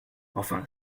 enfin